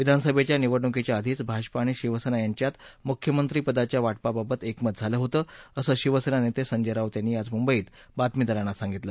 विधानसभेच्या निवडणुकीच्या आधीच भाजपा आणि शिवसेना यांच्यात मुख्यमंत्री पदाच्या वाटपाबाबत एकमत झालं होतं असं शिवसेना नेते संजय राऊत यांनी आज मुंबईत बातमीदारांना सांगितलं